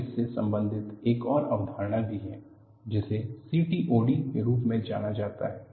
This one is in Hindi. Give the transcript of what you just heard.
और इससे संबंधित एक और अवधारणा भी है जिसे CTOD के रूप में जाना जाता है